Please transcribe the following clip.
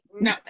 no